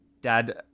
Dad